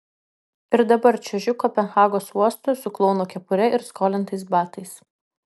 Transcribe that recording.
ir dabar čiuožiu kopenhagos uostu su klouno kepure ir skolintais batais